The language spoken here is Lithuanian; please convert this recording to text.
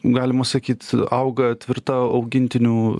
galima sakyt auga tvirta augintinių